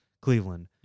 Cleveland